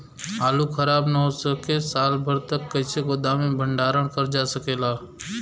आलू खराब न हो सके साल भर तक कइसे गोदाम मे भण्डारण कर जा सकेला?